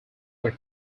were